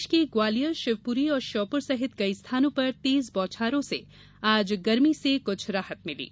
प्रदेश के ग्वालियर शिवपुरी और श्योपुर सहित कई स्थानों पर तेज बौछारों से आज गर्मी से कुछ राहत मिली है